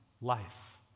life